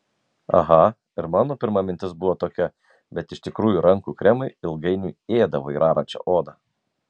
aha ir mano pirma mintis buvo tokia bet iš tikrųjų rankų kremai ilgainiui ėda vairaračių odą